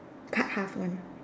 cut half one